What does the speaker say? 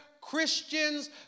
Christians